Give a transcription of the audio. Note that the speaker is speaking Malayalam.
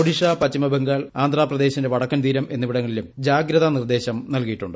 ഒഡീഷ പശ്ചിമബംഗാൾ ആന്ധ്രാപ്രദ്ദേശിന്റെ വടക്കൻ തീരം എന്നിവിടങ്ങളിലും ജാഗ്രതാ ന്നിർദ്ദേശം നൽകിയിട്ടുണ്ട്